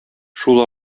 шул